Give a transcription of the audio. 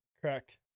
Correct